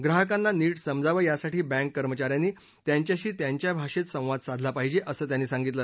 ग्राहकांना नीट समजावं यासाठी बँक कर्मचाऱ्यांनी त्यांच्याशी त्यांच्या भाषेत संवाद साधला पाहिजे असं त्यांनी सांगितलं